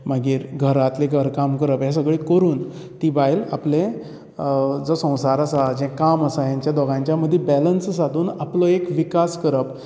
मागीर घरांतली घर काम करप हे सगळें करून ती बायल आपले जो संवसार आसा जे काम आसा हे दोगांयचे मदीं बेलन्स सादून आपलो एक विकास करप